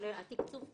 התקצוב קיים.